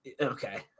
Okay